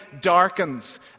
darkens